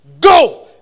Go